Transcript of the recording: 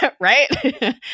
right